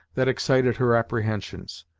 that excited her apprehensions.